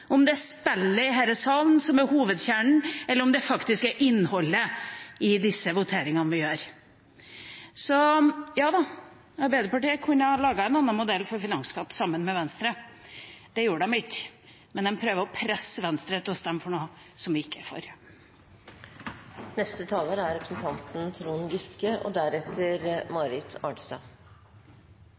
om det er spillet i denne salen som er hovedkjernen, eller om det faktisk er innholdet i de voteringene vi gjør. Så Arbeiderpartiet kunne ha laget en annen modell for finansskatten sammen med Venstre. Det gjorde de ikke, men de prøver å presse Venstre til å stemme for noe vi ikke er for. Vi har til behandling rammeområde 21, som er den samlede disponeringen av skatter og